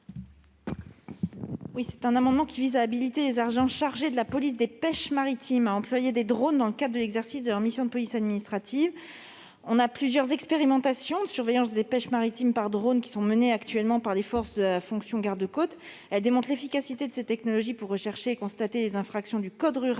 Cet amendement vise à habiliter les agents chargés de la police des pêches maritimes à employer des drones dans le cadre de l'exercice de leur mission de police administrative. Plusieurs expérimentations de surveillance des pêches maritimes par drones sont menées actuellement par les forces de la fonction garde-côtes. Elles démontrent l'efficacité de ces technologies pour rechercher et constater les infractions au code rural